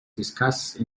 discussed